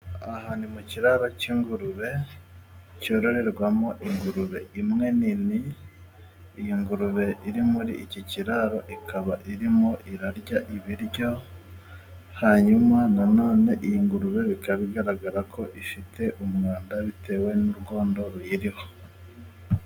Aha ni mu kiraro cy'ingurube ,cyororerwamo ingurube imwe nini. Iyo ngurube iri muri iki kiraro ikaba irimo irarya ibiryo hanyuma na none iyi ngurube bikaba bigaragara ko ifite umwanda bitewe n'urwondo ruyiriho.